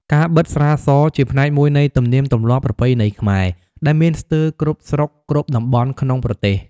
ការបិតស្រាស ជាផ្នែកមួយនៃទំនៀមទំលាប់ប្រពៃណីខ្មែរ ដែលមានស្ទើរគ្រប់ស្រុកគ្រប់តំបន់ក្នុងប្រទេស។